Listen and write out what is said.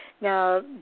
Now